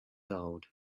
old